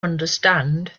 understand